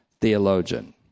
theologian